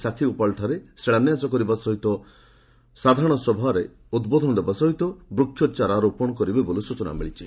ସାକ୍ଷିଗୋପାଳଠାରେ ଶିଳାନ୍ୟାସ କରିବା ସହିତ ସାଧାରଣସଭାରେ ଉଦ୍ବୋଧନ ଦେବା ସହ ବୃକ୍ଷଚାରା ରୋପଣ କରିବେ ବୋଲି ସ୍ଚନା ମିଳିଛି